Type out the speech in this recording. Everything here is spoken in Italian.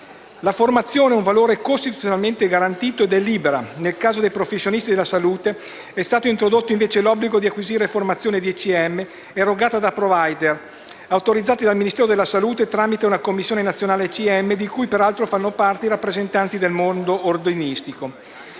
la formazione è un valore costituzionalmente garantito ed è libera. Nel caso dei professionisti della salute è stato introdotto invece l'obbligo di acquisire formazione cosiddetta ECM erogata da *provider*, autorizzati dal Ministero della salute tramite una Commissione nazionale ECM di cui peraltro fanno parte i rappresentanti del mondo ordinistico. Vale